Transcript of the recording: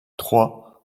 troyes